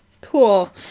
Cool